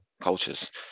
cultures